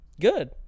Good